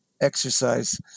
exercise